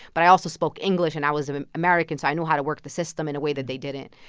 but i also spoke english. and i was an american, so i knew how to work the system in a way that they didn't.